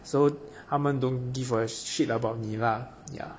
so 他们 don't give a shit about 你啦 ya